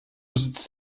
sitzt